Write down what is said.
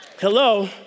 Hello